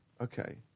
Okay